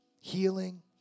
Healing